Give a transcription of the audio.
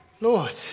Lord